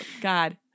God